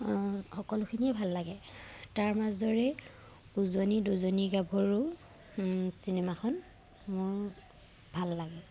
সকলোখিনিয়ে ভাল লাগে তাৰ মাজৰে উজনীৰ দুজনী গাভৰু চিনেমাখন মোৰ ভাল লাগে